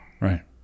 Right